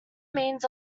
means